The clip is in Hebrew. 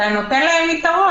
אתה נותן להן יתרון.